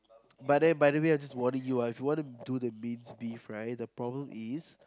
but then by the way I'm just warning you ah if you want to do the minced beef right the problem is